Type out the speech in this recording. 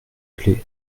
clef